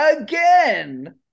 Again